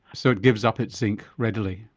so it gives up its zinc readily?